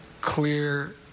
clear